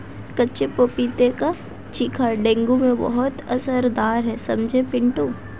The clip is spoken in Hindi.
कच्चे पपीते का चोखा डेंगू में बहुत असरदार है समझे पिंटू